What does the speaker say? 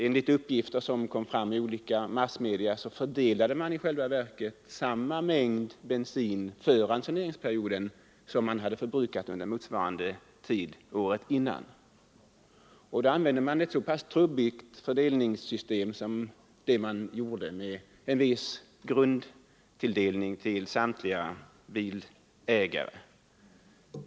Enligt uppgifter fördelade man i själva verket samma mängd bensin för ransoneringsperioden som hade förbrukats under motsvarande tid året innan, och den mängden fördelade man så klumpigt som det över huvud var möjligt.